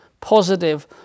positive